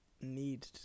need